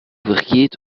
vergeet